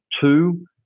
two